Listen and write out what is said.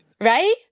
Right